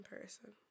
person